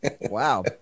Wow